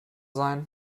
sein